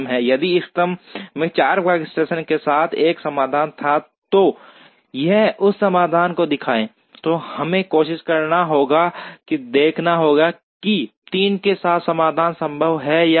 यदि इष्टतम में 4 वर्कस्टेशंस के साथ एक समाधान था तो यह उस समाधान को दिखाएगा तो हमें कोशिश करना होगा और देखना होगा कि 3 के साथ समाधान संभव है या नहीं